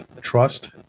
trust